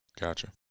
Gotcha